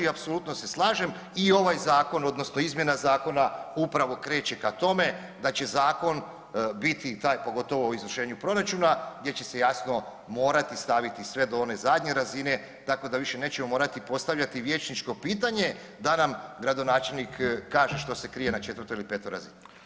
I apsolutno se slažem i ovaj zakon odnosno izmjena zakona upravo kreće k tome da će zakon biti taj pogotovo o izvršenju proračuna gdje će se jasno morati staviti sve do one zadnje razine tako da više nećemo morati postavljati vijećničko pitanje da nam gradonačelnik kaže što se krije na četvrtoj ili petoj razini.